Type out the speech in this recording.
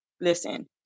listen